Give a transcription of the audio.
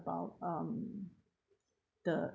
~bout um the